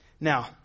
Now